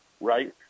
Right